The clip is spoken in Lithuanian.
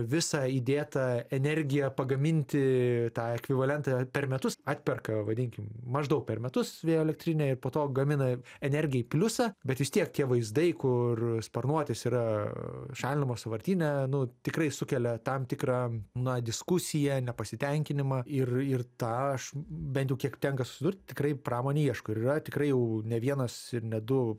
visą įdėtą energiją pagaminti tą ekvivalentę per metus atperka vadinkim maždaug per metus vėjo elektrinę ir po to gamina energijai pliusą bet vis tiek tie vaizdai kur sparnuotis yra šalinamas sąvartyne nu tikrai sukelia tam tikrą na diskusiją nepasitenkinimą ir ir tą aš bent jau kiek tenka susidurt tikrai pramonė ieško ir yra tikrai jau ne vienas ir ne du